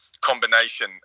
combination